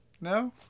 No